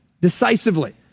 decisively